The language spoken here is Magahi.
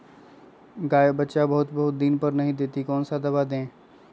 गाय बच्चा बहुत बहुत दिन तक नहीं देती कौन सा दवा दे?